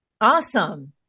Awesome